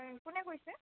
কোনে কৈছে